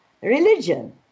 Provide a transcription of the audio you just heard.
religion